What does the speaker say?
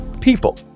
people